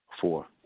four